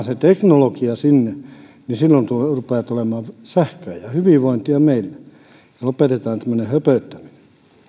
se teknologia uusitaan sinne niin silloin rupeaa tulemaan sähköä ja hyvinvointia meille lopetetaan tämmöinen höpöttäminen